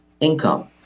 income